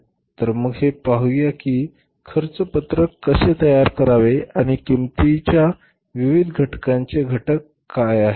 तर मग हे पाहूया की खर्च पत्रक कसे तयार करावे आणि किंमतीच्या विविध घटकांचे घटक काय आहेत